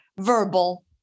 verbal